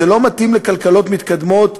זה לא מתאים לכלכלות מתקדמות,